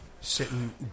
Sitting